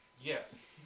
Yes